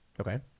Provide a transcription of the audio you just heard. Okay